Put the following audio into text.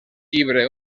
llibre